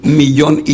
millón